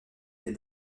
les